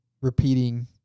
repeating